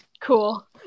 Cool